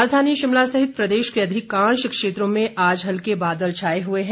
मौसम राजधानी शिमला सहित प्रदेश के अधिकांश क्षेत्रों में आज हल्के बादल छाए हुए हैं